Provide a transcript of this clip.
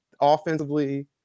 offensively